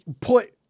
put